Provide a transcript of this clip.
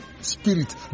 spirit